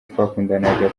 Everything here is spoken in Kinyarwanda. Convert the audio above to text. twakundanaga